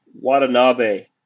Watanabe